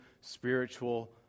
spiritual